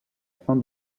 fin